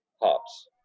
hops